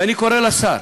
ואני קורא לשר: